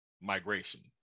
migration